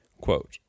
quote